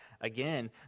again